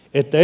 ette